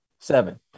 Seven